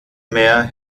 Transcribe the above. mehr